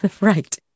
right